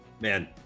Man